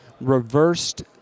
reversed